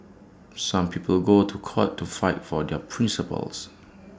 some people go to court to fight for their principles